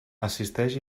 assisteix